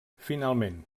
finalment